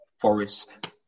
Forest